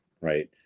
right